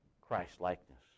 Christ-likeness